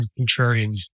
contrarian